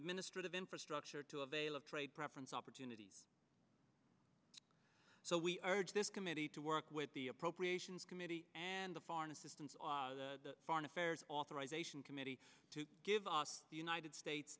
administrative infrastructure to avail of trade preference opportunities so we urge this committee to work with the appropriations committee and the foreign assistance or the foreign affairs authorization committee to give us the united states